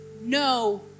no